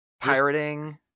pirating